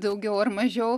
daugiau ar mažiau